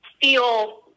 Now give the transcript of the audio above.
feel